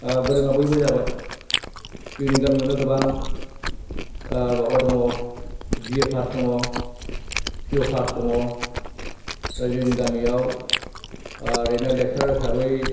गोरोङा बयबो जाबाय जोंनि गामियावनो गोबां माबा दङ बि ए पास दङ पि अ पास दङ आरो जोंनि गामियाव ओरैनो लेक्सारार हिसाबै